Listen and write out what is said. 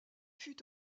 fut